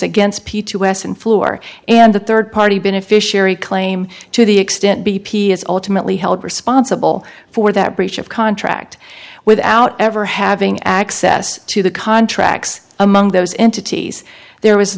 s and floor and the third party beneficiary claim to the extent b p is ultimately held responsible for that breach of contract without ever having access to the contracts among those entities there